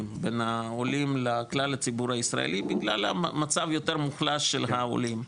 בין העולים לכלל הציבור הישראלי בגלל המצב היותר מוחלש של העולים,